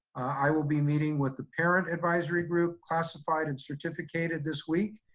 i will be meeting with the parent advisory group classified and certificated this week.